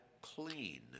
clean